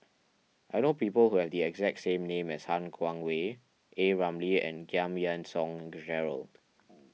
I know people who have the exact name as Han Guangwei A Ramli and Giam Yean Song Gerald